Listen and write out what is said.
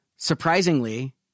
Surprisingly